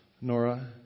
Nora